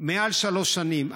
מעל שלוש שנים.